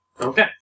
Okay